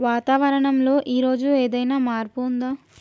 వాతావరణం లో ఈ రోజు ఏదైనా మార్పు ఉందా?